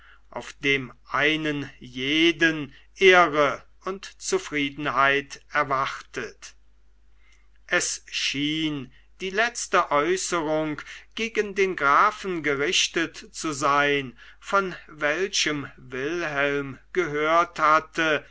auf dem einen jeden ehre und zufriedenheit erwartet es schien die letzte äußerung gegen den grafen gerichtet zu sein von welchem wilhelm gehört hatte